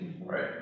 Right